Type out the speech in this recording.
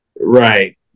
Right